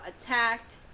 attacked